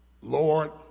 Lord